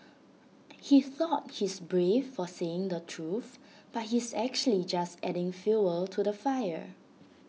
he thought he's brave for saying the truth but he's actually just adding fuel to the fire